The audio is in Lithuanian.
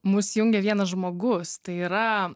mus jungia vienas žmogus tai yra